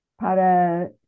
para